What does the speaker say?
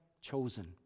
chosen